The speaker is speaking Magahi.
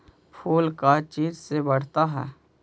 फूल का चीज से बढ़ता है?